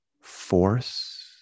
force